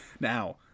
Now